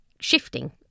shifting